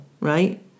right